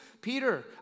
Peter